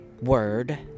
word